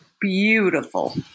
beautiful